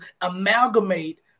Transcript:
amalgamate